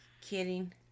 kidding